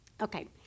Okay